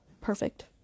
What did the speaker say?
perfect